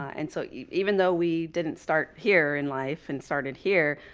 and so even though we didn't start here in life and started here,